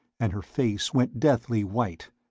and her face went deathly white.